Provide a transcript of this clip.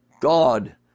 God